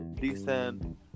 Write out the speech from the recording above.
decent